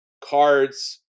cards